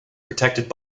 protected